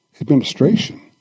administration